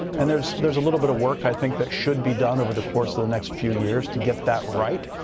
and there's there's a little bit of work, i think, that should with done over the course of the next few years to get that right.